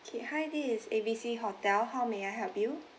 okay hi this is A B C hotel how may I help you